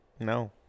No